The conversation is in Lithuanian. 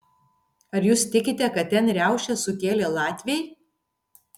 ar jūs tikite kad ten riaušes sukėlė latviai